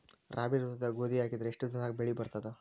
ರಾಬಿ ಋತುದಾಗ ಗೋಧಿ ಹಾಕಿದರ ಎಷ್ಟ ದಿನದಾಗ ಬೆಳಿ ಬರತದ?